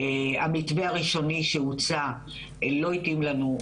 המתווה הראשוני שהוצע לא התאים לנו,